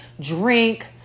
drink